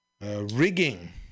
rigging